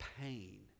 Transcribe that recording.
pain